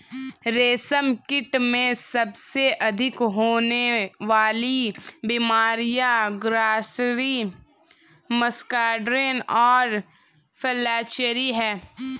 रेशमकीट में सबसे अधिक होने वाली बीमारियां ग्रासरी, मस्कार्डिन और फ्लैचेरी हैं